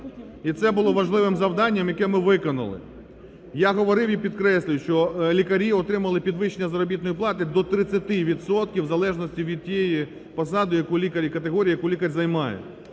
І це було важливим завданням, яке ми виконали. Я говорив і підкреслюю, що лікарі отримали підвищення заробітної плати до 30 відсотків в залежності від тієї посади, яку лікар...